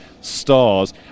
stars